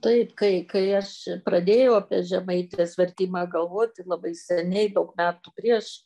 taip kai kai aš pradėjau apie žemaitės vertimą galvoti labai seniai daug metų prieš